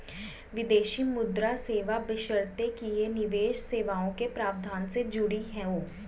विदेशी मुद्रा सेवा बशर्ते कि ये निवेश सेवाओं के प्रावधान से जुड़ी हों